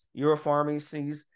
Europharmacies